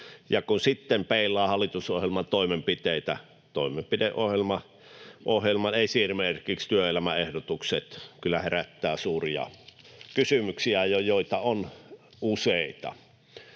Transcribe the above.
kun sitten peilaa hallitusohjelman toimenpiteitä, niin esimerkiksi toimenpideohjelman työelämäehdotukset kyllä herättävät suuria kysymyksiä — ja niitä on useita.